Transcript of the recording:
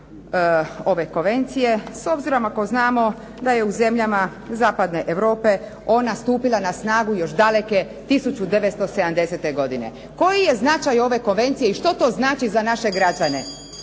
ove konvencije, s obzirom ako znamo da je u zemljama Zapadne Europe ona stupila na snagu još daleke 1970. godine. Koji je značaj ove konvencije i što to znači za naše građane?